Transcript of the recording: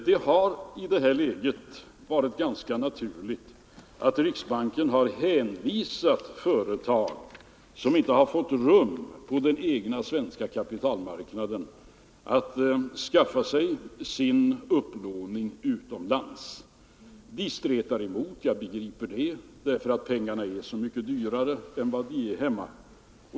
Det har i det läget varit ganska naturligt att riksbanken har hänvisat företag som inte har fått rum på den svenska kapitalmarknaden till att låna pengar utomlands. De stretar emot, och jag begriper det, eftersom pengarna där är så mycket dyrare än de är här hemma.